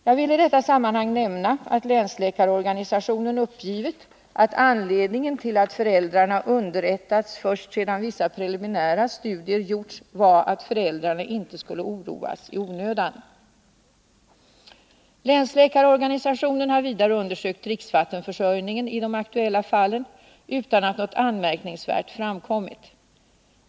Jag vill i detta sammanhang nämna att länsläkarorganisationen uppgivit att anledningen till att föräldrarna underrättats först sedan vissa preliminära studier gjorts var att föräldrarna inte skulle oroas i onödan. Länsläkarorganisationen har vidare undersökt dricksvattenförsörjningen i de aktuella fallen utan att något anmärkningsvärt framkommit.